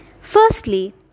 Firstly